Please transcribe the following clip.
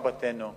או ארבעתנו,